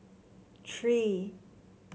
three